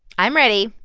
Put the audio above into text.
i'm ready